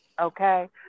Okay